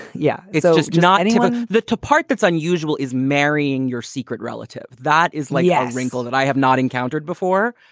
yeah, it's just not even the two-part that's unusual is marrying your secret relative. that is like yeah a wrinkle that i have not encountered before.